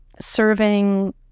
serving